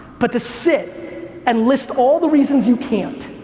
but to sit and list all the reasons you can't